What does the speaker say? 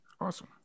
awesome